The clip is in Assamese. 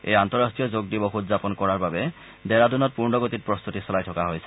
এই আন্তঃৰাষ্ট্ৰীয় যোগ দিৱস উদযাপন কৰাৰ বাবে ডেহৰাডুনত পূৰ্ণ গতিত প্ৰস্ত্ততি চলাই থকা হৈছে